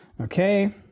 Okay